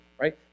right